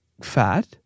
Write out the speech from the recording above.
fat